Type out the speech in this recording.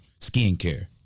skincare